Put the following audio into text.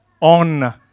on